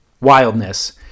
wildness